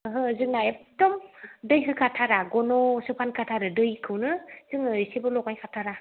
ओहो जोंना एकदम दै होखाथारा गन'सो फानखायो दैखौनो जोङो इसेबो लगाइखाथारा